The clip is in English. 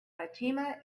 fatima